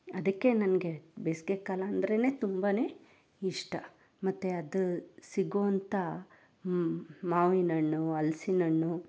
ಅದಕ್ಕೆ ನನಗೆ ಬೇಸಿಗೆಕಾಲ ಅಂದ್ರೆ ತುಂಬಾ ಇಷ್ಟ ಮತ್ತು ಅದು ಸಿಗುವಂಥ ಮಾವಿನ ಹಣ್ಣು ಹಲ್ಸಿನ ಹಣ್ಣು